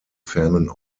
fernen